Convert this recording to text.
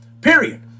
Period